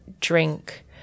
drink